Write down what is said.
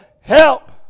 help